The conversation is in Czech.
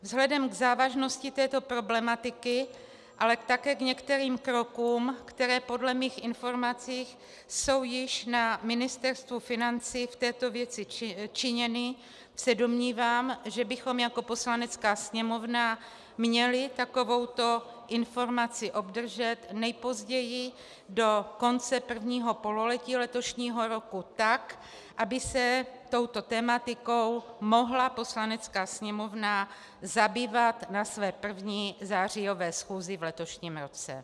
Vzhledem k závažnosti této problematiky, ale také k některým krokům, které podle mých informací jsou již na Ministerstvu financí v této věci činěny, se domnívám, že bychom jako Poslanecká sněmovna měli takovouto informaci obdržet nejpozději do konce prvního pololetí letošního roku, tak aby se touto tematikou mohla Poslanecká sněmovna zabývat na své první zářijové schůzi v letošním roce.